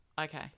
Okay